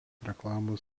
reklamos